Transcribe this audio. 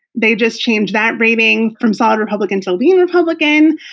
they just changed that rating from strong republican to lean republican.